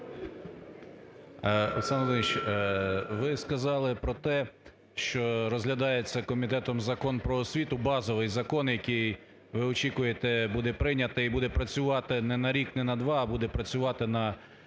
Ви сказали про те, що розглядається комітетом Закон "Про освіту", базовий закон, який, ви очікуєте, буде прийнятий і буде працювати не на рік, не на два, а буде працювати на